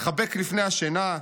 לחבק לפני השינה,